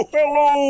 Hello